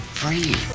free